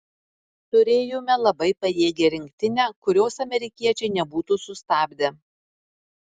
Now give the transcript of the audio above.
turėjome labai pajėgią rinktinę kurios amerikiečiai nebūtų sustabdę